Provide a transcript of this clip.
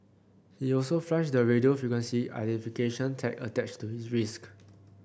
he also flushed the radio frequency identification tag attached to his wrist